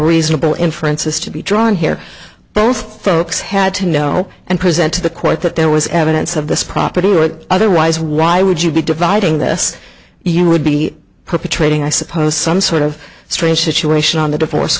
reasonable inferences to be drawn here both folks had to know and present to the court that there was evidence of this property would otherwise why would you be dividing this year would be perpetrating i suppose some sort of strange situation on the divorce